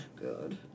Good